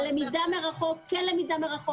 למידה מרחוק כן או לא.